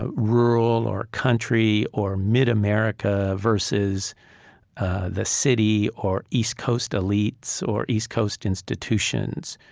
ah rural or country or mid-america versus the city or east coast elites or east coast institutions.